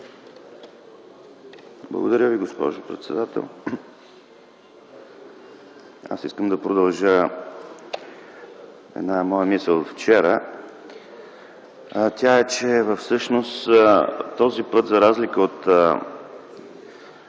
Благодаря Ви, госпожо председател. Аз искам да продължа една моя мисъл от вчера. Тя е, че всъщност този път за разлика от